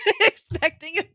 expecting